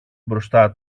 μπροστά